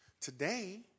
Today